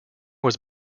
was